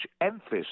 emphasis